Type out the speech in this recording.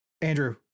Andrew